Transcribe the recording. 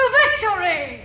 victory